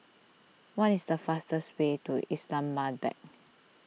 what is the fastest way to Islamabad